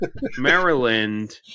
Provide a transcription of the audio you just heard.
Maryland